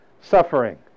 suffering